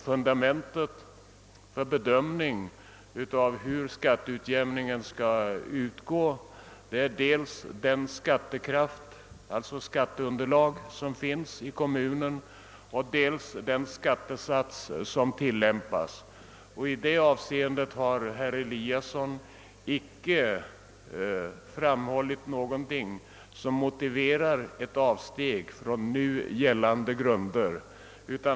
Fundamentet för en bedömning av hur skatteutjämningen skall utgå utgörs dels av det skatteunderlag som finns i kommunen och dels av den skattesats som tillämpas. I det avseendet har herr Eliasson i Sundborn inte framhållit någonting som motiverar ett avsteg från nu gällande grunder.